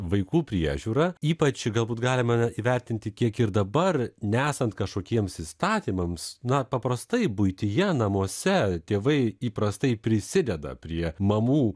vaikų priežiūrą ypač galbūt galima įvertinti kiek ir dabar nesant kašokiems įstatymams na paprastai buityje namuose tėvai įprastai prisideda prie mamų